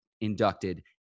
inducted